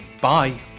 Bye